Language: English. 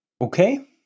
Okay